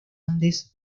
andes